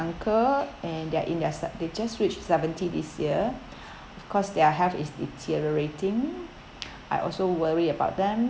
uncle and they're in their s~ they just reached seventy this year of course their health is deteriorating I also worry about them